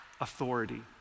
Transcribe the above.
Authority